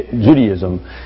Judaism